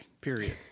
Period